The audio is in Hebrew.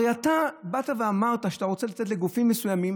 הרי אתה באת ואמרת שאתה רוצה לתת לגופים מסוימים,